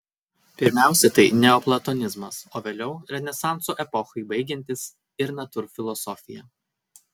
pirmiausia tai neoplatonizmas o vėliau renesanso epochai baigiantis ir natūrfilosofija